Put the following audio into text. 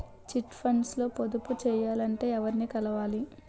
Chit funds లో పొదుపు చేయాలంటే ఎవరిని కలవాలి?